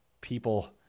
people